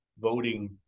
voting